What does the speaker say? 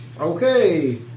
Okay